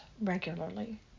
regularly